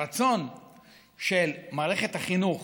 הרצון של מערכת החינוך